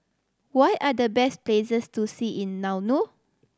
what are the best places to see in Nauru